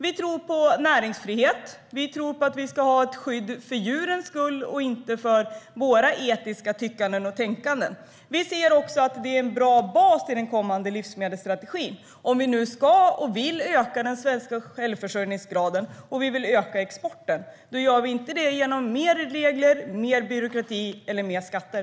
Vi tror på näringsfrihet och på att vi ska ha ett skydd för djurens skull, inte för våra etiska tyckanden och tänkanden. Vi anser att det är en bra bas för den kommande livsmedelsstrategin. Om vi nu ska och vill öka den svenska självförsörjningsgraden och öka exporten gör vi inte det genom mer regler, byråkrati och skatter.